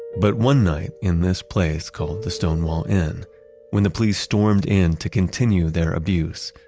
but one night, in this place called the stonewall inn when the police stormed in to continue their abuse,